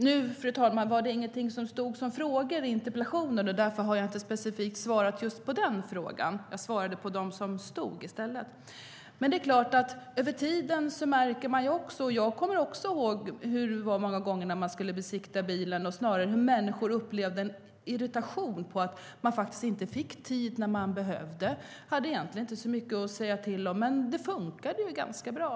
Den frågan fanns inte med i interpellationen, fru talman, och därför svarade jag inte specifikt just på den. Jag svarade på frågorna som fanns i interpellationen. Jag kommer också ihåg hur det var många gånger när jag skulle besiktiga bilen. Människor upplevde en irritation på grund av att man inte fick tid när man behövde och inte hade så mycket att säga till om. Men det funkade ganska bra.